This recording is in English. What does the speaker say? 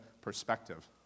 perspective